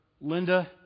Linda